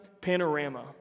Panorama